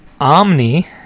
Omni